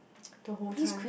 the whole time